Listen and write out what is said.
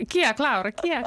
kiek laura kiek